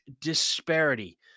disparity